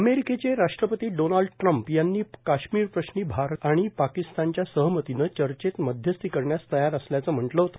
अमेरिकेचे राष्ट्रपती Donald Trump यांनी काश्मीर प्रश्नी भारत आणि पाकिस्तानच्या सहमतीनं चर्चेत मध्यस्थी करण्यास तयार असल्याचं म्हटलं होतं